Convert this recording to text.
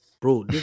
Bro